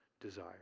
desire